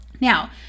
Now